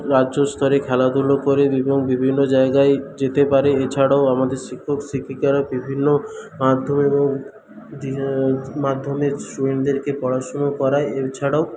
রাজ্য স্তরে খেলাধুলো করে এবং বিভিন্ন জায়গায় যেতে পারে এছাড়াও আমাদের শিক্ষক শিক্ষিকারা বিভিন্ন পারে এবং মাধ্যম এবং মাধ্যমে স্টুডেন্টদেরকে পড়াশুনো করায় এছাড়াও